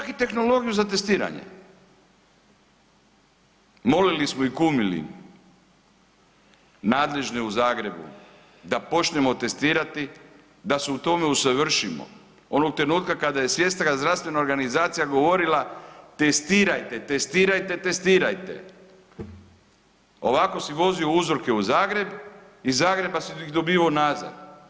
Čak i tehnologiju za testiranje, molili smo i kumili nadležne u Zagrebu da počnemo testirati da se u tome usavršimo onog trenutka kada je Svjetska zdravstvena organizacija govorila, testirajte, testirajte, testirajte, ovako si vozio uzorke u Zagreb, iz Zagreba si ih dobivao nazad.